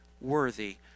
worthy